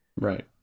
Right